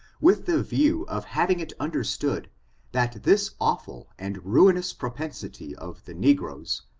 with the view of having it understood that this awful and ruinous propensity of the negroes,